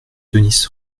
denys